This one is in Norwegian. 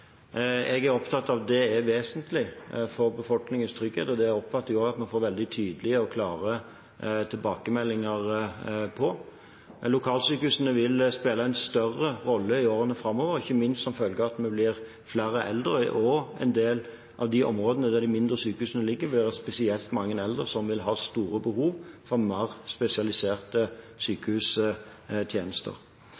Jeg er opptatt av at det er vesentlig for befolkningens trygghet, og det oppfatter jeg at vi også får veldig tydelige og klare tilbakemeldinger på. Lokalsykehusene vil spille en større rolle i årene framover, ikke minst som følge av at vi blir flere eldre. Også en del av de områdene der de mindre sykehusene ligger, vil ha spesielt mange eldre som vil ha store behov for mer spesialiserte sykehustjenester.